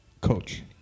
Coach